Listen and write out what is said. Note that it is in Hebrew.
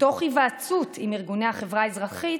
ותוך היוועצות עם ארגוני החברה האזרחית,